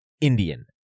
Indian